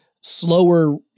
slower